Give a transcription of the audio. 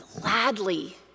Gladly